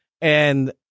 and-